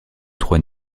trois